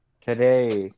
Today